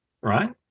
Right